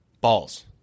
Balls